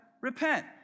repent